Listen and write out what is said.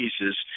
pieces